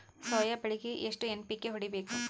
Soya ಬೆಳಿಗಿ ಎಷ್ಟು NPK ಹೊಡಿಬೇಕು?